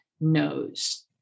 knows